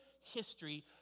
history